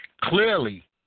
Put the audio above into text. clearly